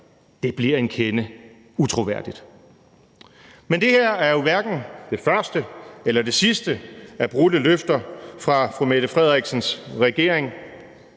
Det bliver en kende utroværdigt. Men det her er jo hverken det første eller det sidste af brudte løfter fra statsministerens regering.